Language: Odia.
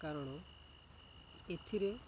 କାରଣ ଏଥିରେ